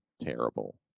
terrible